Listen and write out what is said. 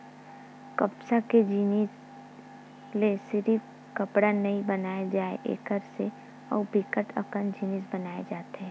कपसा के जिनसि ले सिरिफ कपड़ा नइ बनाए जाए एकर से अउ बिकट अकन जिनिस बनाए जाथे